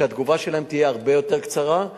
שהתגובה שלהן תהיה הרבה יותר קצרה.